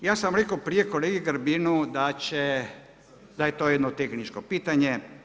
Ja sam rekao prije kolegi Grbinu da će, da je to jedno tehničko pitanje.